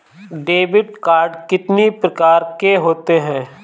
Debit card कितनी प्रकार के होते हैं?